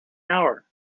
hour